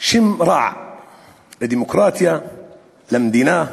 שם רע לדמוקרטיה, למדינה,